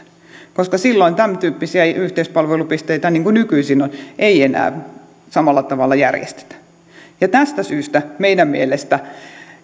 koska silloin tämäntyyppisiä yhteispalvelupisteitä mitä nykyisin on ei enää samalla tavalla järjestetä tästä syystä meidän mielestämme